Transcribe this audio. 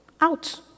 out